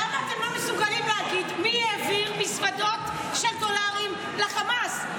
למה אתם לא מסוגלים להגיד מי העביר מזוודות של דולרים לחמאס?